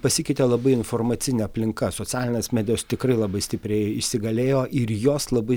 pasikeitė labai informacinė aplinka socialinės medijos tikrai labai stipriai įsigalėjo ir jos labai